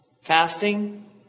fasting